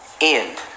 end